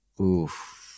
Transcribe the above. Oof